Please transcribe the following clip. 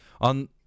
On